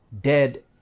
dead